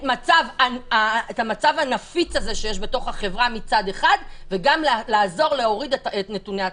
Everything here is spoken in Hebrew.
המצב הנפיץ הזה שיש בחברה מצד אחד וגם לעזור להוריד את נתוני התחלואה?